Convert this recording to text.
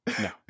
No